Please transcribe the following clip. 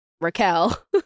Raquel